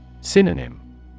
Synonym